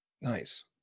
Nice